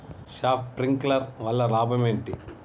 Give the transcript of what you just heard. Sprinkler వల్ల లాభం ఏంటి?